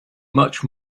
much